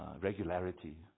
regularity